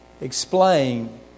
explain